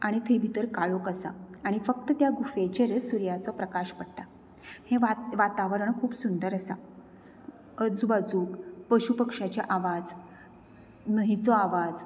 आनी थंय भितर काळोख आसा आनी फक्त त्या गुफेचेरच सुर्याचो प्रकाश पडटा हें वात वातावरण खूब सुंदर आसा अजुबाजूक पशू पक्ष्याचे आवाज न्हंयचो आवाज